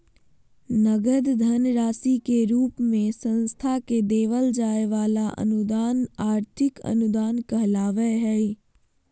नगद धन राशि के रूप मे संस्था के देवल जाय वला अनुदान आर्थिक अनुदान कहलावय हय